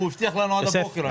הוא הבטיח לנו עד הבוקר.